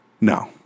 no